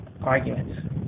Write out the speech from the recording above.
arguments